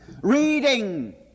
reading